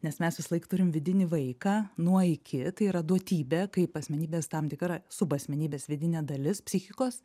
nes mes visąlaik turim vidinį vaiką nuo iki tai yra duotybė kaip asmenybės tam tikra subasmenybės vidinė dalis psichikos